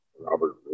robert